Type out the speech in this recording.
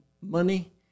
money